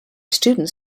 students